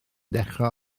dechrau